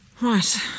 Right